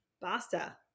Basta